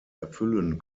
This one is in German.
erfüllen